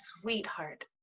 sweetheart